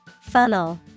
Funnel